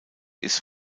ist